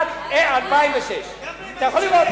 לא חתם.